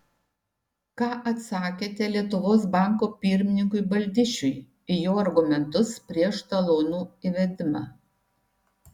ką atsakėte lietuvos banko pirmininkui baldišiui į jo argumentus prieš talonų įvedimą